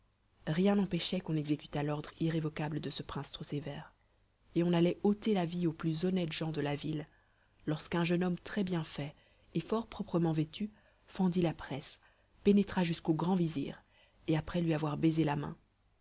rien n'empêchait qu'on exécutât l'ordre irrévocable de ce prince trop sévère et on allait ôter la vie aux plus honnêtes gens de la ville lorsqu'un jeune homme très-bien fait et fort proprement vêtu fendit la presse pénétra jusqu'au grand vizir et après lui avoir baisé la main